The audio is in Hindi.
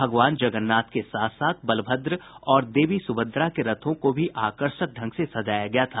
भगवान जगन्नाथ के साथ साथ बलभद्र और देवी सुभद्रा के रथों को भी आकर्षक ढंग से सजाया गया था